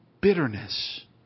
bitterness